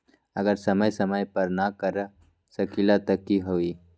अगर समय समय पर न कर सकील त कि हुई?